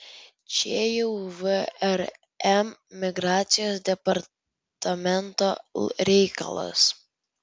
čia jau vrm migracijos departamento reikalas